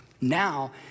Now